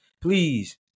please